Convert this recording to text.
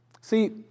See